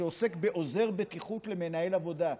שעוסק בעוזר בטיחות למנהל עבודה,